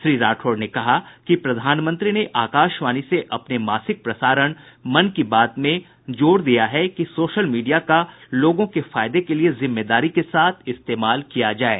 श्री राठौड़ ने कहा कि प्रधानमंत्री ने आकाशवाणी से अपने मासिक प्रसारण मन की बात में जोर दिया है कि सोशल मीडिया का लोगों के फायदे के लिए जिम्मेदारी के साथ इस्तेमाल किया जाये